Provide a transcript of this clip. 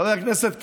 חבר הכנסת קארה,